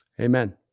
Amen